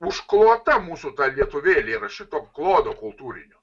užklota mūsų lietuvėlė yra šito kodo kultūrinio